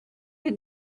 had